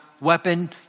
weapon